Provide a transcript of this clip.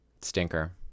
Stinker